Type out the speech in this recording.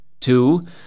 two